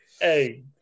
Hey